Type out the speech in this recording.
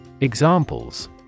Examples